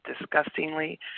disgustingly